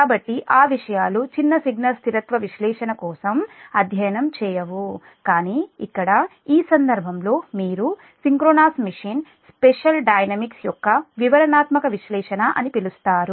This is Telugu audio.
కాబట్టి ఆ విషయాలు చిన్న సిగ్నల్ స్థిరత్వ విశ్లేషణ కోసం అధ్యయనం చేయవు కానీ ఇక్కడ ఈ సందర్భంలో మీరు సింక్రోనస్ మెషిన్ స్పెషల్ డైనమిక్స్ యొక్క వివరణాత్మక విశ్లేషణ అని పిలుస్తారు